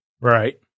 right